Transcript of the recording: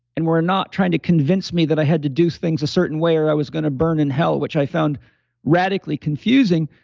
and were not trying to convince me that i had to do things a certain way, or i was going to burn in hell, which i found radically bulletproof